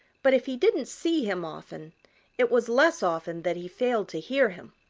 but if he didn't see him often it was less often that he failed to hear him.